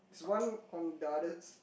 one on the others